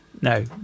no